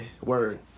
word